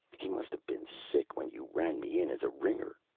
he must have been sick when you ran me in as a ringer,